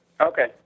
Okay